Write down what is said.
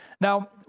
Now